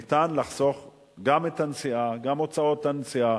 ניתן לחסוך גם את הנסיעה, גם הוצאות נסיעה,